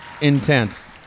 intense